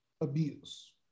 abuse